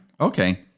Okay